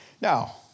Now